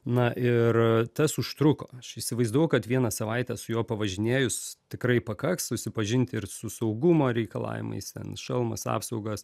na ir tas užtruko aš įsivaizdavau kad vieną savaitę su juo pavažinėjus tikrai pakaks susipažinti ir su saugumo reikalavimais ten šalmas apsaugos